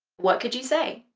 what could you say?